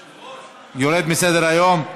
היושב-ראש, יורד מסדר-היום.